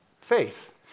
faith